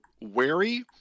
wary